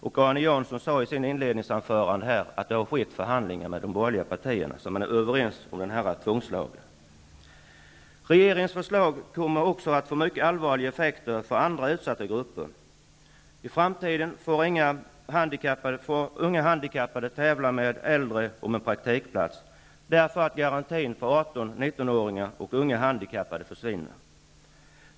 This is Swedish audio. Arne Jansson sade i sitt inledningsanförande att förhandlingar med de borgerliga partierna har skett, och att man är överens om tvångslagen. Regeringens förslag kommer också att få mycket allvarliga effekter för andra utsatta grupper. I framtiden får unga handikappade tävla med äldre om en praktikplats, därför att garantin för 18--19 åringar och unga handikappade försvinner.